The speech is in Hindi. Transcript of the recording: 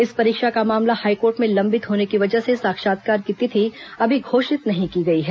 इस परीक्षा का मामला हाईकोर्ट में लंबित होने की वजह से साक्षात्कार की तिथि अभी घोषित नहीं की गई है